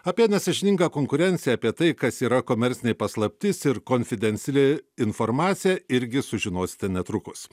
apie nesąžiningą konkurenciją apie tai kas yra komercinė paslaptis ir konfidenciali informacija irgi sužinosite netrukus